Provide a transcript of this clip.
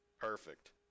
Perfect